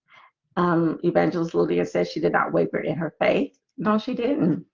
um evangelist lydia says she did not waver in her faith and all she didn't